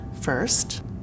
first